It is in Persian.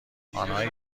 آنهایی